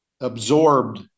absorbed